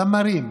זמרים,